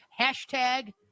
Hashtag